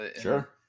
Sure